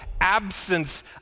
absence